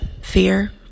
fear